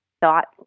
thought